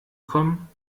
kommen